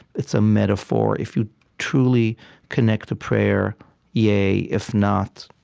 it's a metaphor. if you truly connect to prayer yay. if not,